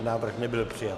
Návrh nebyl přijat.